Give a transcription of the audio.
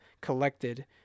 collected